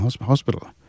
hospital